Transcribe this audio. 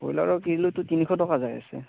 ব্ৰইলাৰৰ কিলোটো তিনিশ টকা যাই আছে